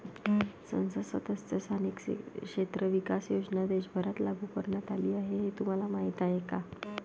संसद सदस्य स्थानिक क्षेत्र विकास योजना देशभरात लागू करण्यात आली हे तुम्हाला माहीत आहे का?